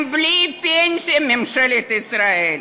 הם בלי פנסיה, ממשלת ישראל.